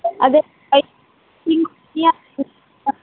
అదే